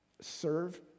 serve